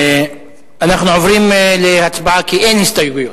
אנחנו עוברים להצבעה, כי אין הסתייגויות,